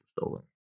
stolen